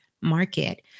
market